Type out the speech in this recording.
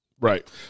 Right